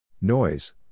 Noise